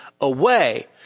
away